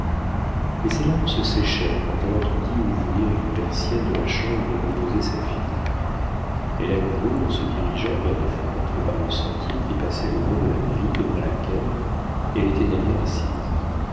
mais ses larmes se séchèrent quand elle entendit ouvrir les persiennes de la chambre où reposait sa fille elle accourut en se dirigeant vers les fenêtres par le sentier qui passait le long de la grille devant laquelle elle était naguère assise